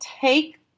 take